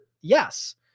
Yes